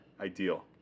ideal